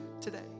today